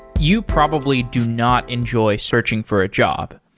you probably do not enjoy searching for a job.